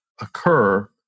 occur